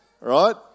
right